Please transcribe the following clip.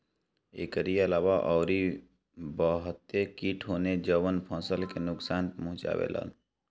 एकरी अलावा अउरी बहते किट होने जवन फसल के नुकसान पहुंचावे लन